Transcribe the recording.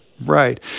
Right